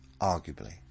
Arguably